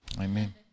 Amen